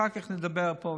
אחר כך נדבר פה ושם,